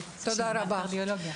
תודה רבה.